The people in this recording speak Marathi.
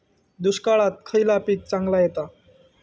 दुष्काळात खयला पीक चांगला येता?